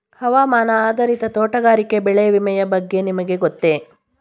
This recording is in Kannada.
ಹವಾಮಾನ ಆಧಾರಿತ ತೋಟಗಾರಿಕೆ ಬೆಳೆ ವಿಮೆಯ ಬಗ್ಗೆ ನಿಮಗೆ ಗೊತ್ತೇ?